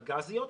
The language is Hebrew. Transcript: הגזיות,